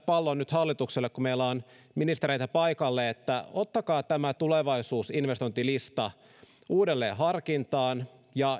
pallon nyt hallitukselle kun meillä on ministereitä paikalla että ottakaa tämä tulevaisuusinvestointilista uudelleen harkintaan ja